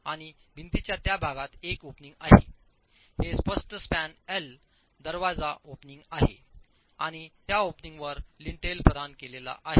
आणि भिंतीच्या त्या भागात एक ओपनिंग आहे हे स्पष्ट स्पॅन एल दरवाजा ओपनिंग आहे आणि त्या ओपनिंग वर लिंटेल प्रदान केलेला आहे